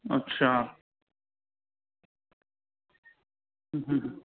અચ્છા હં હં હં